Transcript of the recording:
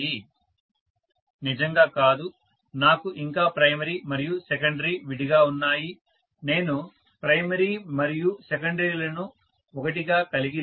professor నిజంగా కాదు నాకు ఇంకా ప్రైమరీ మరియు సెకండరీ విడిగా ఉన్నాయి నేను ప్రైమరీ మరియు సెకండరీలను ఒకటిగా కలిగి లేను